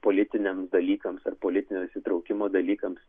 politiniams dalykams ar politinio įsitraukimo dalykams